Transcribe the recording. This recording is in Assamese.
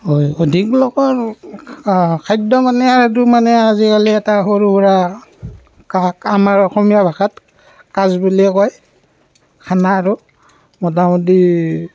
হয় অধিক লোকৰ খাদ্য মানে আৰু মানে আৰু আজিকালি এটা সৰুসুৰা কা আমাৰ অসমীয়া ভাষাত কাজ বুলিয়ে কয় খানা আৰু মোটামুটি